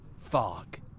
fog